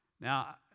Now